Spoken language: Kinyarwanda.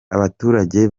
abaturage